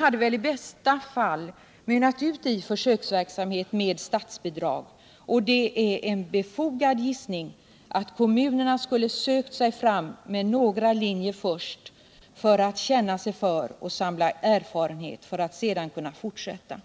hade väl i bästa fall mynnat ut i en försöksverksamhet med statsbidrag, och det är en befogad gissning att kommunerna skulle ha sökt sig fram med några linjer först, för att känna sig för och samla erfarenhet och sedan kunna fortsätta.